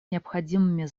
необходимыми